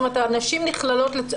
זאת אומרת הנשים נכללות.